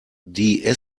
die